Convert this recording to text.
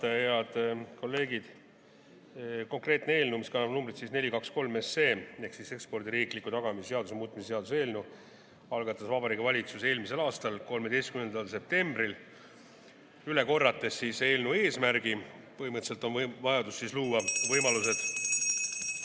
Head kolleegid! Konkreetne eelnõu, mis kannab numbrit 423 ehk ekspordi riikliku tagamise seaduse muutmise seaduse eelnõu, algatas Vabariigi Valitsus eelmise aasta 13. septembril. Üle korrates eelnõu eesmärki: põhimõtteliselt on vaja luua võimalused